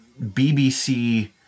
BBC